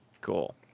Cool